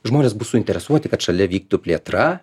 žmonės bus suinteresuoti kad šalia vyktų plėtra